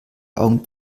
augen